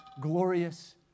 glorious